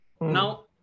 Now